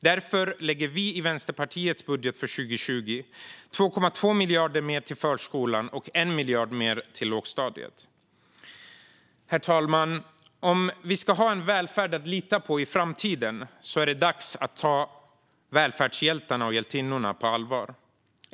Därför lägger vi i Vänsterpartiets budget för 2020 2,2 miljarder mer till förskolan och 1 miljard mer till lågstadiet. Herr talman! Om vi ska ha en välfärd att lita på i framtiden är det dags att ta välfärdshjältarna och hjältinnorna på allvar.